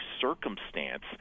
circumstance